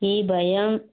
ఈ భయం